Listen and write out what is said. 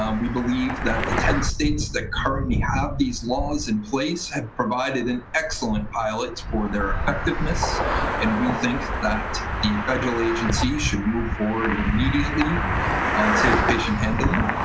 um we believe that the ten states that currently have these laws in place have provided an excellent pilot for their ah and we think that the federal agency should move forward immediately on safe patient handling.